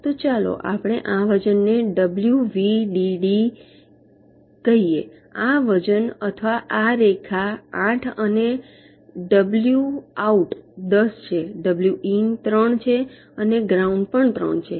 તો ચાલો આપણે આ વજનને ડબલ્યુ વીડીડી કહીએ આ વજન અથવા આ રેખા 8 અને ડબલ્યુ આઉટ 10 છે ડબલ્યુ ઇન 3 છે અને ગ્રાઉન્ડ પણ 3 છે